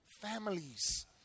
families